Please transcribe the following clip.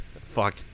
Fuck